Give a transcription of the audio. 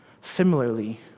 Similarly